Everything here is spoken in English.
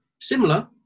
similar